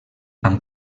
amb